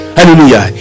Hallelujah